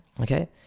Okay